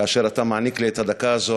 כאשר אתה מעניק לי את הדקה הזאת,